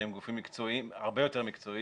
שהם גופים הרבה יותר מקצועיים.